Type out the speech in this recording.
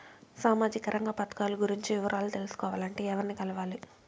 సామాజిక రంగ పథకాలు గురించి వివరాలు తెలుసుకోవాలంటే ఎవర్ని కలవాలి?